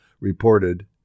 reported